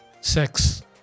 sex